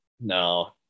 No